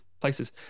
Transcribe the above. places